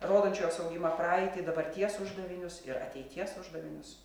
rodančios augimą praeitį dabarties uždavinius ir ateities uždavinius